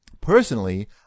Personally